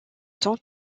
temps